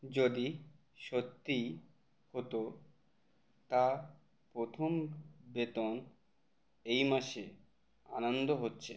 যদি সত্যিই হতো তা প্রথম বেতন এই মাসে আনন্দ হচ্ছে